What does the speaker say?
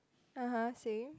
(uh huh) same